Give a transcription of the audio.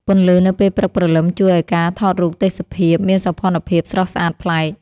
ពន្លឺនៅពេលព្រឹកព្រលឹមជួយឱ្យការថតរូបទេសភាពមានសោភ័ណភាពស្រស់ស្អាតប្លែក។